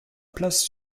place